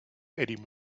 eddie